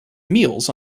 meals